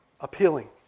appealing